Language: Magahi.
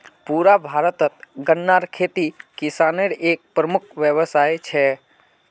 पुरा भारतत गन्नार खेती किसानेर एक प्रमुख व्यवसाय छे